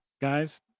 guys